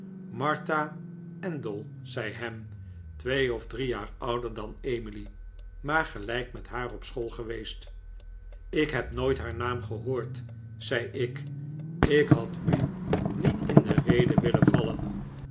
martha endell zei ham twee of drie jaar ouder dan emily maar gelijk met haar op school geweest ik heb nooit haar naam gehoord zei ik ik had u niet in de rede willen vallen